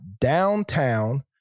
downtown